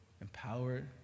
empowered